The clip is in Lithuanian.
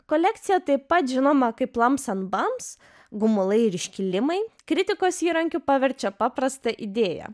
kolekcija taip pat žinoma kaip lams en bams gumulai ir iškilimai kritikos įrankiu paverčia paprastą idėją